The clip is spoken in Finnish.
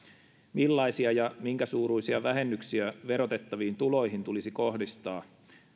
millaisia ja minkä suuruisia vähennyksiä verotettaviin tuloihin tulisi kohdistaa